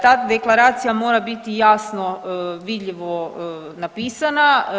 Ta deklaracija mora biti jasno, vidljivo napisana.